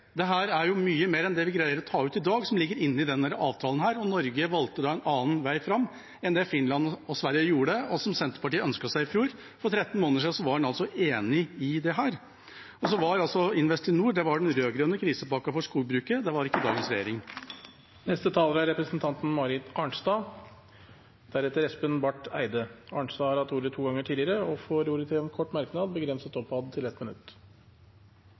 mye mer enn man greier å ta ut i dag – som ligger inne i denne avtalen. Norge valgte en annen vei enn Finland og Sverige gjorde, og som Senterpartiet ønsket seg i fjor. For 13 måneder siden var en altså enig i dette, og Investinor var den rød-grønne krisepakken for skogbruket – det var ikke dagens regjering. Marit Arnstad har hatt ordet to ganger tidligere og får ordet til en kort merknad, begrenset til 1 minutt.